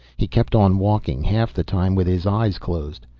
he kept on walking, half the time with his eyes closed.